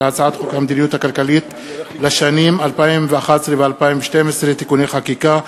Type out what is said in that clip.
ובהצעת חוק המדיניות הכלכלית לשנים 2011 ו-2012 (תיקוני חקיקה),